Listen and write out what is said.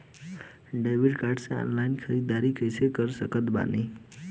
Debit card से online ख़रीदारी कैसे कर सकत बानी?